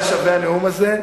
היה שווה הנאום הזה,